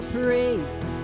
praise